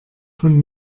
von